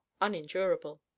unendurable